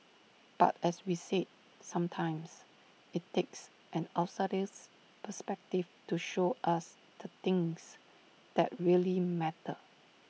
but as we said sometimes IT takes an outsider's perspective to show us the things that really matter